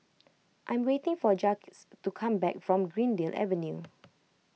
I'm waiting for Jacquez to come back from Greendale Avenue